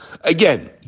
Again